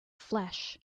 flesh